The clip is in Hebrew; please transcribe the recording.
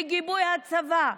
בגיבוי הצבא,